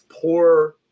poor